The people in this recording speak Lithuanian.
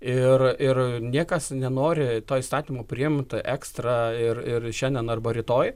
ir ir niekas nenori to įstatymo priimt ekstra ir ir šiandien arba rytoj